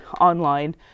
online